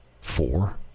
four